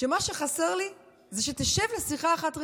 שמה שחסר לי זה שתשב לשיחה אחת רצינית,